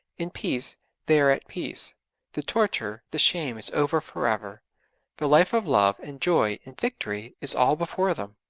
in peace they are at peace the torture, the shame is over for ever the life of love and joy and victory is all before them.